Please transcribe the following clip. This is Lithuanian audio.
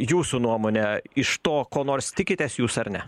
jūsų nuomone iš to ko nors tikitės jūs ar ne